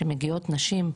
שמגיעות נשים,